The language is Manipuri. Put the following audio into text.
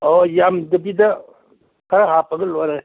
ꯑꯣ ꯌꯥꯝꯗꯕꯤꯗ ꯈꯔ ꯍꯥꯞꯄꯒ ꯂꯣꯏꯔꯦ